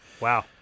Wow